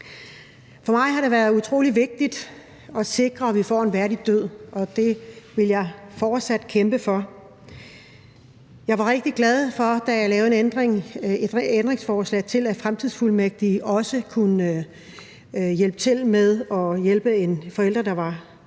For mig har det været utrolig vigtigt at sikre, at vi får en værdig død, og det vil jeg fortsat kæmpe for. Jeg var rigtig glad over, da jeg lavede et ændringsforslag om det, at fremtidsfuldmægtige også kunne hjælpe til med at hjælpe en forælder, der havde